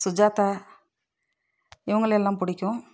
சுஜாதா இவங்களையெல்லாம் பிடிக்கும்